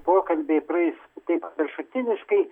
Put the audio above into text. pokalbiai praeis taip paviršutiniškai